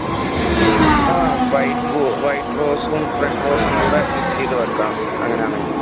ആ വൈറ്റ് റോ വൈറ്റ് റോസും റെഡ് റോസും കൂടെ മിക്സ് ചെയ്ത് വയ്ക്കാം അങ്ങനെ ആണെങ്കിൽ